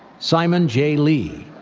simon j. lee.